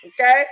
Okay